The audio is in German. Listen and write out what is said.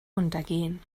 untergehen